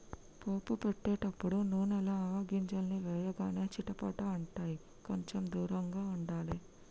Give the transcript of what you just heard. పోపు పెట్టేటపుడు నూనెల ఆవగింజల్ని వేయగానే చిటపట అంటాయ్, కొంచెం దూరంగా ఉండాలే